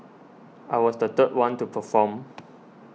I was the third one to perform